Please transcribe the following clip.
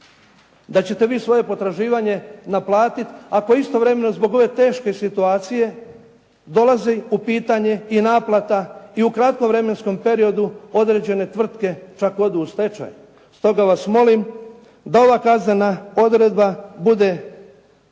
da ćete vi svoje potraživanje naplatiti, ako istovremeno zbog ove teške situacije dolazi u pitanje i naplata i u kratkom vremenskom periodu i određene tvrtke čak odu u stečaj. Stoga vas molim da ova kaznena odredba bude brisana